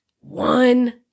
one